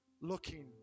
looking